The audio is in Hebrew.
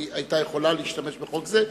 היא היתה יכולה להשתמש בחוק הזה.